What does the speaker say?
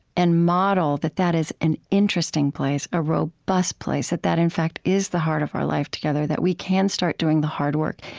and model that that is an interesting place, a robust place that that, in fact, is the heart of our life together that we can start doing the hard work,